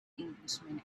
englishman